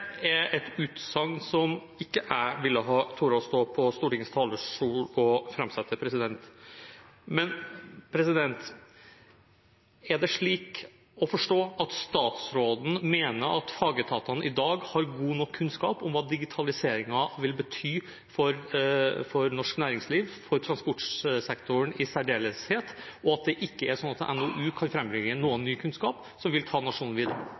er et utsagn jeg ikke ville ha turt å stå på Stortingets talerstol og framsette. Er det slik å forstå at statsråden mener at fagetatene i dag har god nok kunnskap om hva digitaliseringen vil bety for norsk næringsliv, for transportsektoren i særdeleshet, og at det ikke er slik at en NOU kan frambringe noen ny kunnskap som vil ta nasjonen videre?